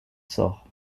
sort